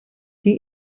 die